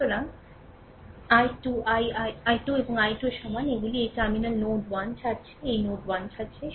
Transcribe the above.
সুতরাং সমান ডান সমান i 2 i i 2 এবং i 2 এর সমান এগুলি এই টার্মিনাল নোড 1 ছাড়ছে এই নোড 1 ছাড়ছে